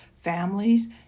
families